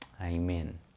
amen